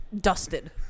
dusted